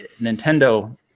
Nintendo